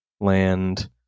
land